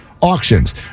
auctions